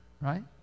Right